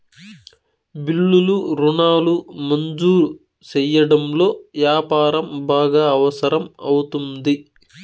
బిల్లులు రుణాలు మంజూరు సెయ్యడంలో యాపారం బాగా అవసరం అవుతుంది